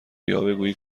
یاوهگویی